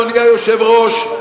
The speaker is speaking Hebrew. אדוני היושב-ראש,